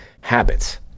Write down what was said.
habits